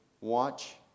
watch